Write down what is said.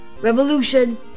revolution